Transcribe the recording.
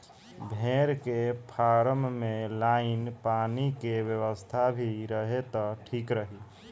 भेड़ के फार्म में लाइन पानी के व्यवस्था भी रहे त ठीक रही